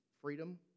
freedom